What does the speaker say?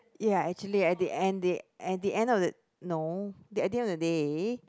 ya actually at the end the at the end of no at the end of the day